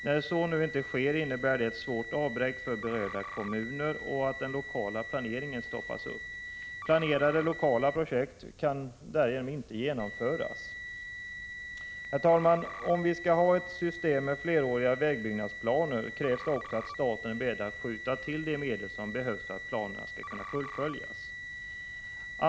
När dessa projekt nu inte påbörjas innebär det ett svårt avbräck för berörda kommuner och att den lokala planeringen stoppas upp. Planerade lokala projekt kan därigenom inte genomföras. Herr talman! Om vi skall ha ett system med fleråriga vägbyggnadsplaner krävs det också att staten är beredd att skjuta till de medel som behövs för att planerna skall kunna fullföljas.